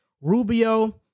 Rubio